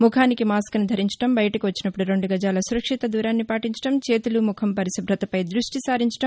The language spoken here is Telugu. ముఖానికి మాస్కులను ధరించడం బయటకు వచ్చినప్పుడు రెండు గజాల సురక్షిత దూరాన్ని పాటించడం చేతులు ముఖం పరిశుభ్రతపై దృష్టి సారించడం